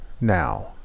now